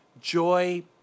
Joy